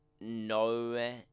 no